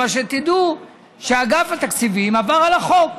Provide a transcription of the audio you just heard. אבל שתדעו שאגף התקציבים עבר על החוק,